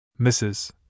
Mrs